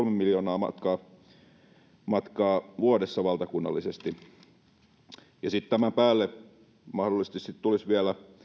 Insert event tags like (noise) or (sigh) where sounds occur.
(unintelligible) miljoonaa matkaa vuodessa valtakunnallisesti sitten tämän päälle mahdollisesti tulisi vielä